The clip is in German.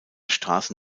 strasse